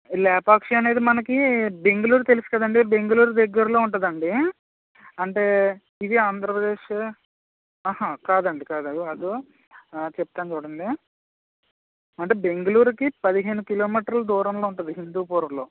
లేపాక్షి అనేది మనకి బెంగళూరు తెలుసు కదండి బెంగళూరు దగ్గరలో ఉంటుందండి అంటే ఇది ఆంధ్రప్రదేశ్ కాదండి కాదండి కాదు కాదు చెప్తాను చూడండి అంటే బెంగళూరుకి పదిహేను కిలోమీటర్ల దూరంలో ఉంటుంది హిందూపుర్లో